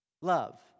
love